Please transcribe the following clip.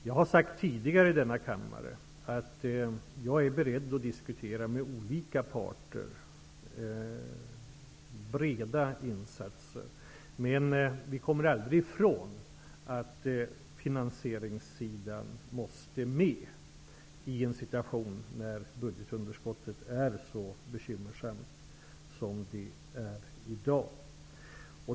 Jag har tidigare i denna kammare sagt att jag är beredd att diskutera breda insatser med olika parter. Men vi kommer aldrig från att finansieringssidan måste finnas med i en situation där budgetunderskottet är så bekymmersamt som det är i dag.